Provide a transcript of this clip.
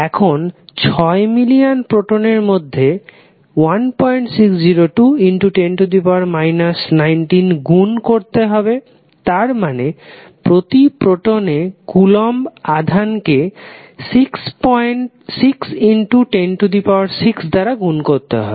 এখন 6 মিলিয়ান প্রোটনের জন্য 160210 19 গুন করতে হবে তার মানে প্রতি প্রোটনে কুলম্ব আধানকে 6106 দ্বারা গুন করতে হবে